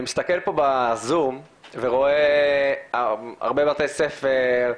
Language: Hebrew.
אני מסתכל פה בזום, ורואה הרבה בתי ספר,